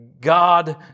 God